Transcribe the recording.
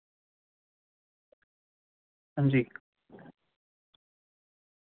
हां जी